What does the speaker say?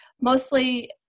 mostly